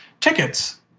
tickets